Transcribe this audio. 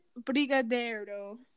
Brigadero